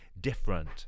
different